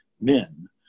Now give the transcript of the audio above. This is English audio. Men